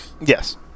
Yes